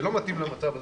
זה לא מתאים למצב הזה,